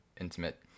intimate